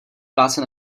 práce